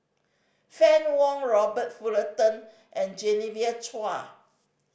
Fann Wong Robert Fullerton and Genevieve Chua